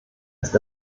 ist